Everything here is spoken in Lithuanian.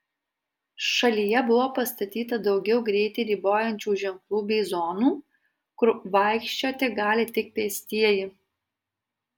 šalyje buvo pastatyta daugiau greitį ribojančių ženklų bei zonų kur vaikščioti gali tik pėstieji